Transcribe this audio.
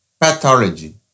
Pathology